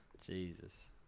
Jesus